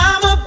I'ma